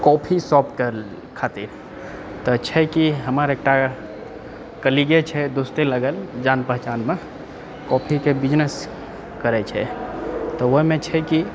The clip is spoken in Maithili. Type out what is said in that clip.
कॉफी शॉप कऽ खातिर तऽ छै कि हमर एकटा कलिगे छै दोस्ते लागल जान पहचानमे कॉफीके बिजनेस करैत छै तऽ ओहिमे छै कि